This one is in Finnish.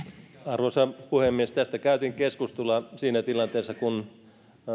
arvoisa puhemies tästä käytiin keskustelua siinä tilanteessa kun